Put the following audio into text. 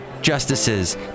justices